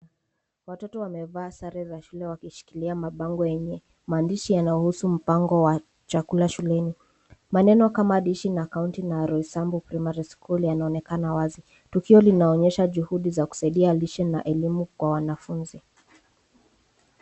Watoto wamevaa sare za shule wakishikilia mabango yenye maandishi yanayohusu mpango wa chakula shuleni. Maneno kaa dishi, na kaonti , na Roysambu Primary School, yanaonekana wazi. Tukio linaonyesha juhudi za kusaidia lishe na elimu kwa wanafunzi.